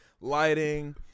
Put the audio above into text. lighting